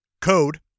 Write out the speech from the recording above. Code